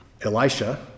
Elisha